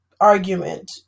argument